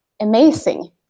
amazing